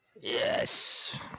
Yes